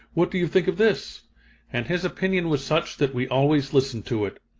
what do you think of this and his opinion was such that we always listened to it.